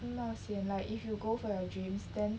no lah as in like if you go for your dreams then